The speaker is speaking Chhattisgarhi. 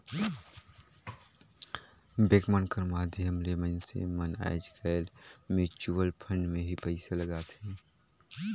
बेंक मन कर माध्यम ले मइनसे मन आएज काएल म्युचुवल फंड में ही पइसा लगाथें